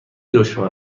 دشوار